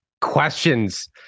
questions